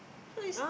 so it's